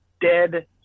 dead